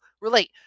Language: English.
relate